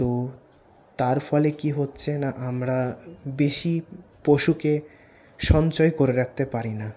তো তার ফলে কি হচ্ছে না আমরা বেশি পশুকে সঞ্চয় করে রাখতে পারি না